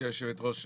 גברתי יושבת הראש,